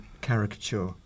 caricature